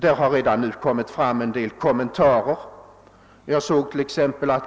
Det har redan nu gjorts vissa kommentarer.